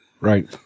right